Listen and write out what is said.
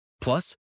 Plus